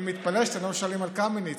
אני מתפלא שאתם לא שואלים על קמיניץ,